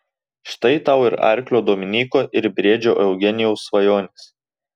štai tau ir arklio dominyko ir briedžio eugenijaus svajonės